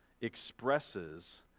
expresses